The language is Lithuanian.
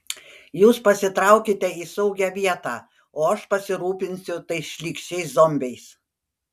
jūs pasitraukite į saugią vietą o aš pasirūpinsiu tais šlykščiais zombiais